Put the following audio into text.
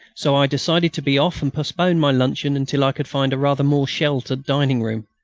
so i decided to be off and postpone my luncheon until i could find a rather more sheltered dining-room.